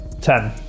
ten